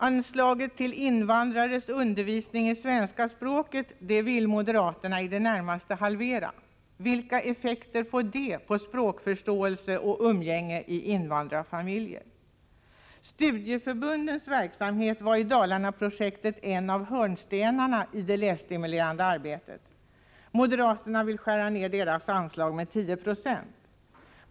Anslaget till invandrarnas undervisning i svenska språket vill moderaterna idet närmaste halvera. Vilka effekter får det på språkförståelse och umgänge i invandrarfamiljer? Studieförbundens verksamhet var i Dalarna-projektet en av hörnstenarna i det lässtimulerande arbetet. Moderaterna vill skära ned deras anslag med 10 26.